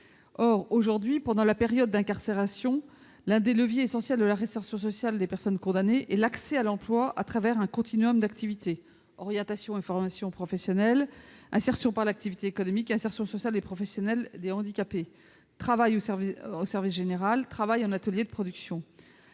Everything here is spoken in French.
Aujourd'hui, pendant la période d'incarcération, l'un des leviers essentiels de la réinsertion sociale des personnes condamnées est l'accès à l'emploi, à travers un d'activités : orientation et formation professionnelle, insertion par l'activité économique, insertion sociale et professionnelle des handicapés, travail au service général, en ateliers de production